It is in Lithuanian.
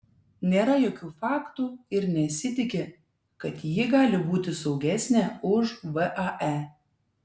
nėra jokių faktų ir nesitiki kad ji gali būti saugesnė už vae